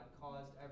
caused